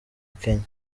kenya